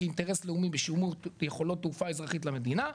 כאינטרס לאומי בשימור יכולות תעופה אזרחית למדינה,